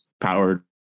powered